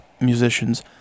musicians